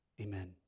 Amen